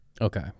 Okay